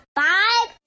five